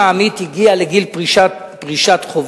אם העמית הגיע לגיל פרישת חובה,